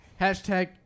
Hashtag